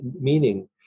meaning